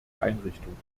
einrichtung